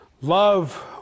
Love